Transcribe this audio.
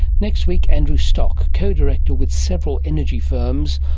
next week andrew stock, co-director with several energy firms,